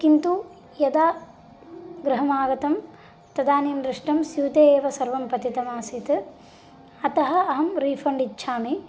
किन्तु यदा गृहमागतं तदानीं दृष्टं स्यूते सर्वं पतितम् आसीत् अतः अहं रिफ़ण्ड् इच्छामि